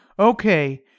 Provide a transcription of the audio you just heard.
Okay